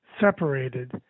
separated